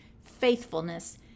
faithfulness